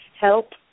Help